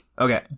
Okay